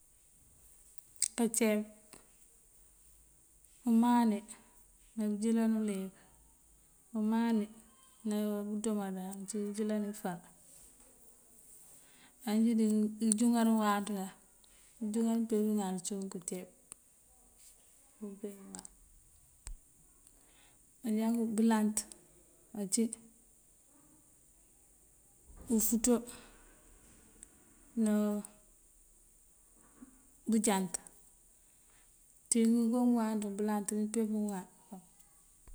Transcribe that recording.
Káanceep, umani ná bëënjëëlan uliyëk, umani ná bëdomáanda ucíwi bëënjëëlan ifar. Á injí dí ngëëjúŋar ngëëwanţëngan, ngëënjúŋar bíimpeem pëŋal cíwun káanceep uwin peem pëŋal. manjakú bëëlant ací, ufúuţo ná bëënjánt, ţí ngënko ngëëwanţëngun bëëlant biimpeem pëŋal.